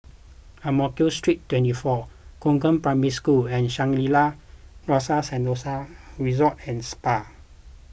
Ang Mo Kio Street twenty four Concord Primary School and Shangri La's Rasa Sentosa Resort and Spa